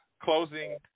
Closing